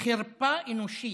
חרפה אנושית,